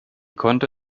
konnte